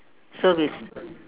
so it's